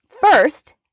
First